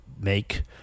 make